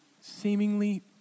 seemingly